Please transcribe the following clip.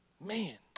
Man